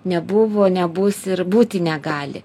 nebuvo nebus ir būti negali